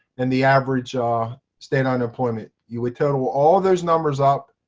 and the average ah state unemployment. you would total all those numbers up,